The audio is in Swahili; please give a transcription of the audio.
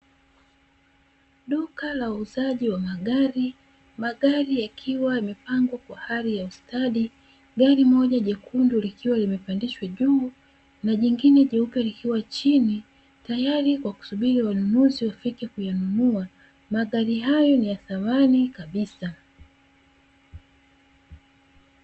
Duka la uuzaji wa magari, magari yakiwa yamepangwa kwa hali ya ustadi, gari moja jekundu likiwa limepandishwa juu na jingine jeupe likiwa chini, tayari kwa kusubiri wanunuzi wafike kuyanunua magari hayo ni ya thamani kabisa.